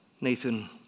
Nathan